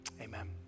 amen